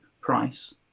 price